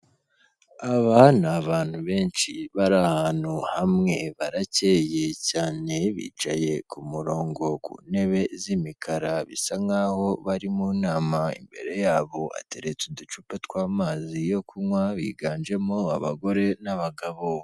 Aba ni abantu benshi bari ahantu hamwe, barakeye cyane, bicaye ku murongo ku ntebe z'imikara bisa nk'ah bari mu nama, imbere yabo hateretse uducupa tw'amazi yo kunywa, biganjemo abagore n'abagabo.